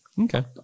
Okay